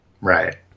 Right